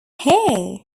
hair